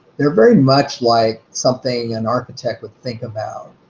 they're very much like something an architect would think about.